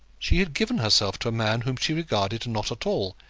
she had given herself to a man whom she regarded not at all,